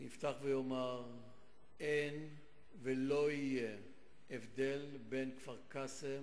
אני אפתח ואומר: אין ולא יהיה הבדל בין כפר-קאסם